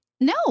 No